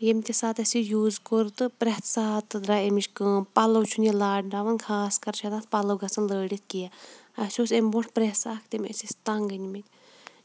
ییٚمہِ تہِ ساتہٕ اَسہِ یہِ یوٗز کوٚر تہٕ پرٛٮ۪تھ ساتہٕ درٛاے أمِچ کٲم پَلو چھُنہٕ یہِ لارناوان خاص کر چھِ تَتھ پَلو گژھن لٲرِتھ کینٛہہ اَسہِ اوس امہِ بروںٛٹھ پرٛٮ۪س اَکھ تٔمۍ ٲسۍ أسۍ تَنٛگ أنۍمٕتۍ